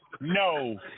No